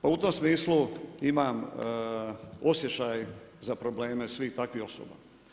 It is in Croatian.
Pa u tom smislu imam osjećaj za probleme svih takvih osoba.